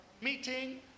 meeting